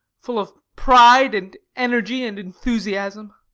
full of pride and energy and enthusiasm.